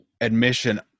admission